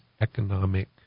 economic